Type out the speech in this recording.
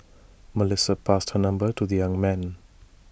Melissa passed her number to the young man